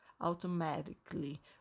automatically